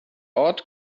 ort